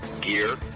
gear